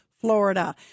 Florida